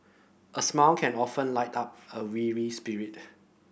a smile can often lift up a weary spirit